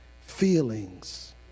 Feelings